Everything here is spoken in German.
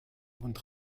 und